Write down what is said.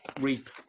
reap